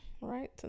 right